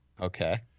Okay